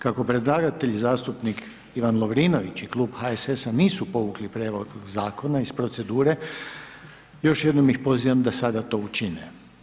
Kako predlagatelj zastupnik Ivan Lovrinović i Klub HSS-a nisu provukli prijedlog zakona iz procedure, još jednom ih pozivam da sada to učine.